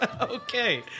Okay